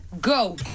go